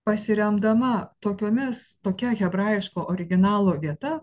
pasiremdama tokiomis tokia hebrajiško originalo vieta